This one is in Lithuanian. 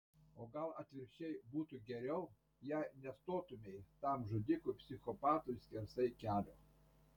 o gal atvirkščiai būtų geriau jei nestotumei tam žudikui psichopatui skersai kelio